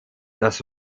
das